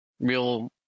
real